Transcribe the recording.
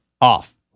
off